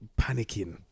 panicking